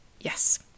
yes